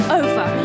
over